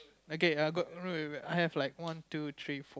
okay err go no wait I have like one two three four